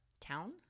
town